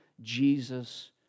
Jesus